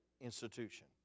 institution